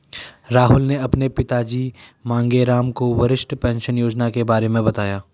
राहुल ने अपने पिताजी मांगेराम को वरिष्ठ पेंशन योजना के बारे में बताया